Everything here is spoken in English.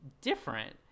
different